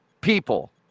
people